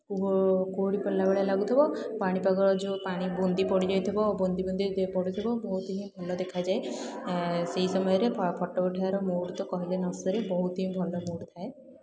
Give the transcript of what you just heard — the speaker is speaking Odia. ଓ କୁହୁଡ଼ି ପଡ଼ିଲା ଭଳି ଲାଗୁଥିବ ପାଣି ପାଗର ଯେଉଁ ପାଣି ବୁନ୍ଦି ପଡ଼ିଯାଇ ଥିବ ବୁନ୍ଦି ବୁନ୍ଦି ଯେଉଁ ପଡ଼ୁଥିବ ବହୁତ ହିଁ ଭଲ ଦେଖାଯାଏ ଥାଏ ସେହି ସମୟରେ ଫଟୋ ଉଠାଇବାର ମୁଡ଼୍ ତ କହିଲେ ନ ସରେ ବହୁତ ହିଁ ଭଲ ମୁଡ଼୍ ଥାଏ